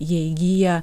jie įgyja